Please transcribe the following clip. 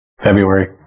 February